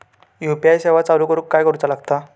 UPI सेवा चालू करूक काय करूचा लागता?